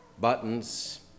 buttons